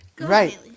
Right